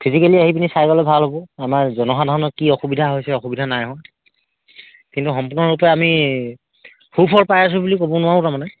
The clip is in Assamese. ফিজিকেলি আহি পিনি চাই গ'লে ভাল হ'ব আমাৰ জনসাধাৰণৰ কি অসুবিধা হৈছে অসুবিধা নাই হোৱা কিন্তু সম্পূৰ্ণৰূপে আমি সুফল পাই আছো বুলি ক'ব নোৱাৰোঁ তাৰমানে